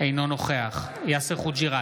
נגד יאסר חוג'יראת,